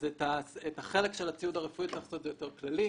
את החלק של הציוד הרפואי צריך קצת יותר כללי.